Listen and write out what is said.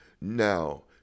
now